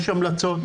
יש המלצות,